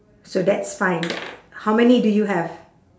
so that's fine how many do you have